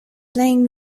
playing